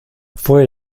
fue